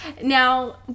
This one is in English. Now